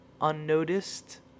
unnoticed